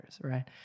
right